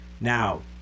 Now